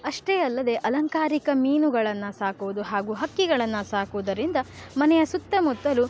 ಅಷ್ಟೇ ಅಲ್ಲದೆ ಅಲಂಕಾರಿಕ ಮೀನುಗಳನ್ನು ಸಾಕುವುದು ಹಾಗು ಹಕ್ಕಿಗಳನ್ನು ಸಾಕುವುದರಿಂದ ಮನೆಯ ಸುತ್ತಮುತ್ತಲೂ